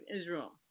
Israel